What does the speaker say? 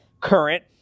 current